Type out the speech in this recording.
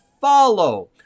follow